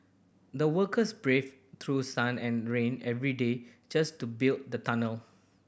the workers braved through sun and rain every day just to build the tunnel